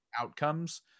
outcomes